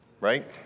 right